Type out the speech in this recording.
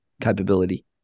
capability